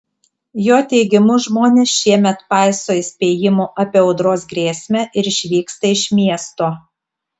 jo teigimu žmonės šiemet paiso įspėjimų apie audros grėsmę ir išvyksta iš miesto